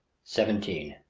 seventeen.